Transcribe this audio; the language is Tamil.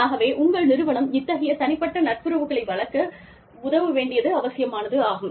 ஆகவே உங்கள் நிறுவனம் இத்தகைய தனிப்பட்ட நட்புறவுகளை வளர்க்க உதவ வேண்டியது அவசியமானதாகும்